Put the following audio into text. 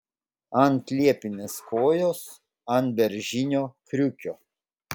ant liepinės kojos ant beržinio kriukio